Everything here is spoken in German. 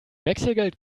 wechselgeld